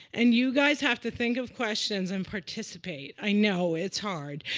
and you guys have to think of questions and participate. i know it's hard.